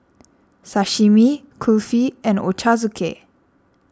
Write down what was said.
Sashimi Kulfi and Ochazuke